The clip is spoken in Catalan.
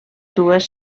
dues